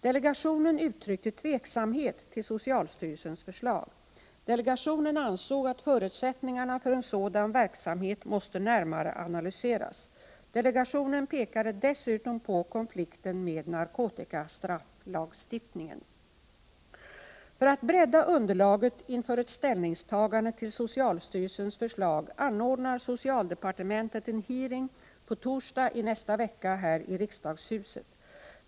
Delegationen uttryckte tveksamhet till socialstyrelsens förslag. Delegationen ansåg att förutsättningarna för en sådan verksamhet måste närmare analyseras. Delegationen pekade dessutom på konflikten med narkotikastrafflagstiftningen. För att bredda underlaget inför ett ställningstagande till socialstyrelsens förslag anordnar socialdepartementet en hearing på torsdag i nästa vecka här i riksdagshuset.